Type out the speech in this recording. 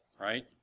right